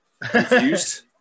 confused